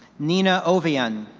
nina ovion.